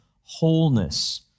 wholeness